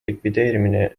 likvideerimine